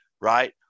right